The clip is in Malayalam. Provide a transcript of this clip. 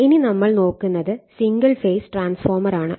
ഇനി നമ്മൾ നോക്കുന്നത് സിംഗിൾ ഫേസ് ട്രാൻസ്ഫോർമർ ആണ്